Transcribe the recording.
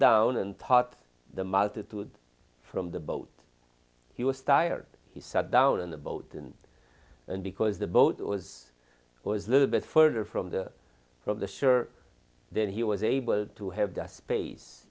down and taught the multitude from the boat he was tired he sat down in the boat and and because the boat was who was little bit further from the from the sugar then he was able to have the space